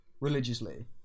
religiously